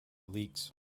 leaks